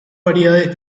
variedades